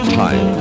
time